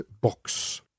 box